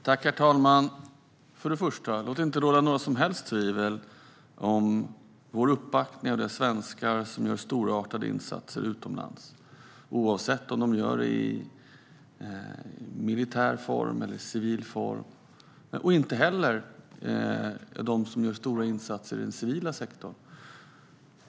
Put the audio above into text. Herr talman! Låt det först och främst inte råda några som helst tvivel om vår uppbackning av de svenskar som gör storartade insatser utomlands, oavsett om de gör det i militär eller civil form, liksom av dem som gör stora insatser i den civila sektorn.